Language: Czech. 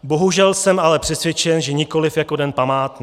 Bohužel jsem ale přesvědčen, že nikoliv jako den památný.